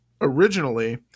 Originally